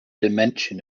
dimension